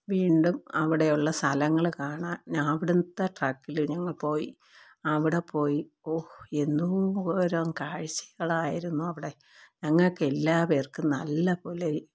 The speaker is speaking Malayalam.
വീണ്ടും അവിടെയുള്ള സ്ഥലങ്ങൾ കാണാൻ അവിടത്തെ ട്രക്കിൽ ഞങ്ങൾ പോയി അവിടെ പോയി ഹൊ എന്തോരം കാഴ്ചകളായിരുന്നു അവിടെ ഞങ്ങൾക്കെല്ലാവർക്കും നല്ല പോലെ